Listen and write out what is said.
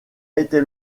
été